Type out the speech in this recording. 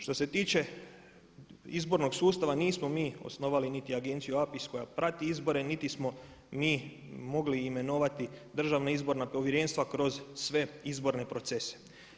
Što se tiče izbornog sustava nismo mi ni osnovali Agenciju APIS koja prati izbore, niti smo mi mogli imenovati državna izborna povjerenstva kroz sve izborne procese.